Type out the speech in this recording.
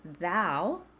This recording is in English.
thou